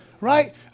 Right